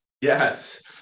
yes